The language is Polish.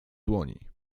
dłoni